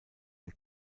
ein